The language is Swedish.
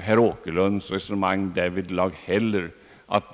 herr Åkerlunds resonemang inte heller därvidlag är så lätt att fatta.